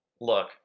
look